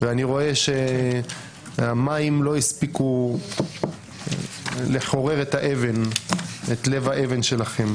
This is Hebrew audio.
ואני רואה שהמים לא הספיקו לחורר את לב האבן שלכם.